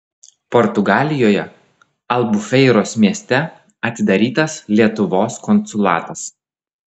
portugalijoje albufeiros mieste atidarytas lietuvos konsulatas